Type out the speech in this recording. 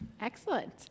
Excellent